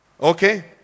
okay